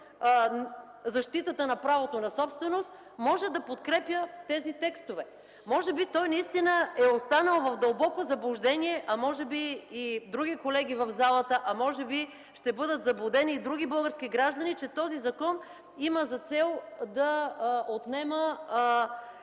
защитата на правото на собственост, може да подкрепя тези текстове. Може би той наистина е останал в дълбоко заблуждение, а може би и други колеги в залата, а може би ще бъдат заблудени и други български граждани, че този закон има за цел да отнема